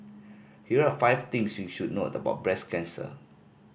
here are five things you should note about breast cancer